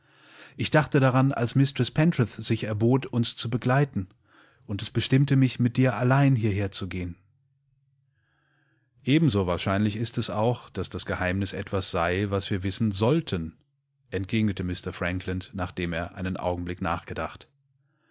ich dachte daran als mistreß pentreath sich erbot uns zu begleiten und es bestimmtemich mitdiralleinhierherzugehen ebenso wahrscheinlich ist es auch daß das geheimnis etwas sei was wir wissen sollten entgegnete mr frankland nachdem er einen augenblick nachgedacht